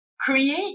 create